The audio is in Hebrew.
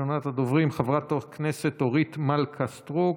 ראשונת הדוברים, חברת הכנסת אורית מלכה סטרוק,